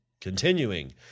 Continuing